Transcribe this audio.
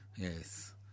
Yes